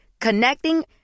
Connecting